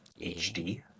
HD